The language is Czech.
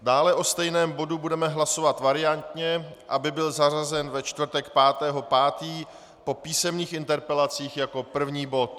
Dále o stejném bodu budeme hlasovat variantně, aby byl zařazen ve čtvrtek 5. 5. po písemných interpelacích jako první bod.